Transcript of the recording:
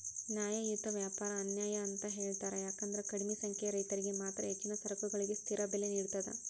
ನ್ಯಾಯಯುತ ವ್ಯಾಪಾರ ಅನ್ಯಾಯ ಅಂತ ಹೇಳ್ತಾರ ಯಾಕಂದ್ರ ಕಡಿಮಿ ಸಂಖ್ಯೆಯ ರೈತರಿಗೆ ಮಾತ್ರ ಹೆಚ್ಚಿನ ಸರಕುಗಳಿಗೆ ಸ್ಥಿರ ಬೆಲೆ ನೇಡತದ